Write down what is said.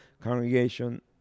congregation